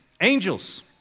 Angels